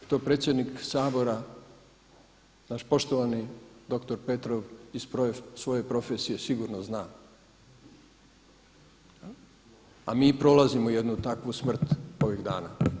To predsjednik Sabora, naš poštovani doktor Petrov iz svoje profesije sigurno zna, a mi prolazimo jednu takvu smrt ovih dana.